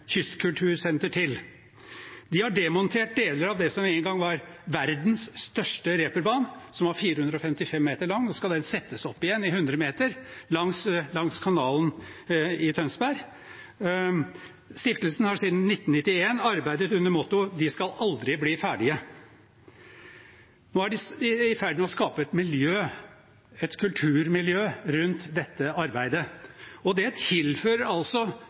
kystkultursenter til. De har demontert deler av det som en gang var verdens største reperbane, som var 455 meter lang. Nå skal den settes opp igjen, i 100 meter, langs kanalen i Tønsberg. Stiftelsen har siden 1991 arbeidet under et motto om at de aldri skal bli ferdige. Nå er de i ferd med å skape et miljø, et kulturmiljø, rundt dette arbeidet, og det tilfører altså